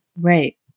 Right